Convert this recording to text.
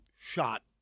shot